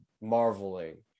marveling